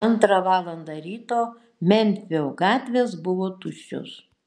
antrą valandą ryto memfio gatvės buvo tuščios